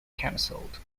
cancelled